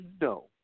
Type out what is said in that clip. No